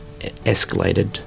escalated